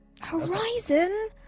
Horizon